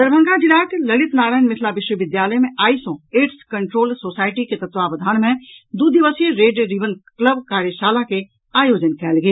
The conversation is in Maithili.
दरभंगा जिलाक ललित नारायण मिथिला विश्वविद्यालय मे आई सॅ एड्स कंट्रोल सोसाईटी के तत्वावधान में दू दिवसीय रेड रिबन क्लब कार्यशाला के आयोजन कयल गेल